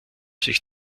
sich